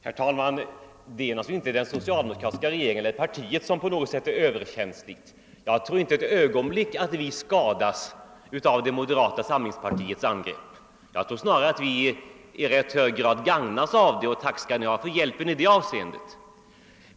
Herr talman! Det är inte den socialdemokratiska regeringen och det socialdemokratiska partiet som är överkänsliga. Jag tror inte ett ögonblick att vi skadas av angreppen från moderata samlingspartiet, utan snarare tror jag att vi i ganska hög grad gagnas av det. Tack skall ni ha för hjälpen i det fallet!